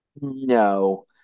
No